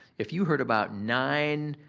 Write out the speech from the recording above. if you heard about nine,